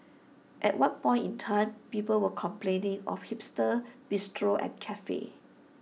at one point in time people were complaining of hipster bistros and cafes